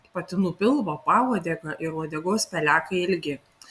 patinų pilvo pauodegio ir uodegos pelekai ilgi